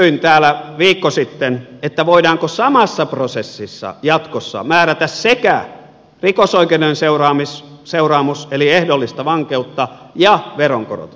kysyin täällä viikko sitten voidaanko samassa prosessissa jatkossa määrätä sekä rikosoikeudellinen seuraamus eli ehdollista vankeutta että veronkorotus